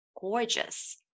Gorgeous